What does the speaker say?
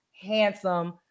handsome